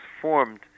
formed